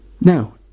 Now